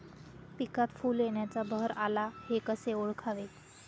पिकात फूल येण्याचा बहर आला हे कसे ओळखावे?